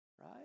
Right